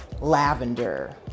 lavender